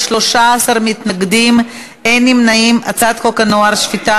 את הצעת חוק הנוער (שפיטה,